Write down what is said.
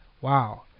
Wow